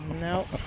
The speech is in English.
Nope